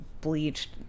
bleached